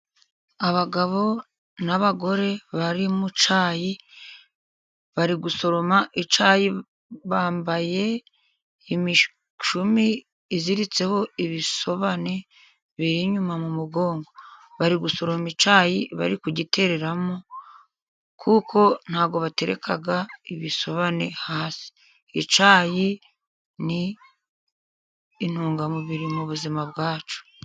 Abagabo n'abagore bari mu cyayi bari gusoroma icyayi, bambaye imishumi iziritseho ibisobane, biri inyuma mu mugongo, ari gusoroma icyayi bari kugitereramo, kuko ntago batereka ibisobane hasi, icyayi ni intungamubiri mu buzima bwacu.